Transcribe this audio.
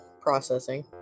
processing